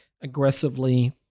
aggressively